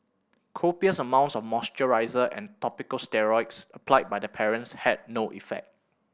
copious amounts of moisturisers and topical steroids applied by the parents had no effect